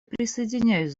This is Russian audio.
присоединяюсь